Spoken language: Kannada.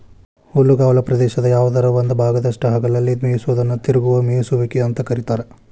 ಹುಲ್ಲುಗಾವಲ ಪ್ರದೇಶದ ಯಾವದರ ಒಂದ ಭಾಗದಾಗಷ್ಟ ಹಗಲೆಲ್ಲ ಮೇಯಿಸೋದನ್ನ ತಿರುಗುವ ಮೇಯಿಸುವಿಕೆ ಅಂತ ಕರೇತಾರ